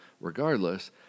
regardless